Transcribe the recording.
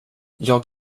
jag